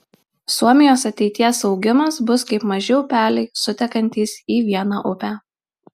suomijos ateities augimas bus kaip maži upeliai sutekantys į vieną upę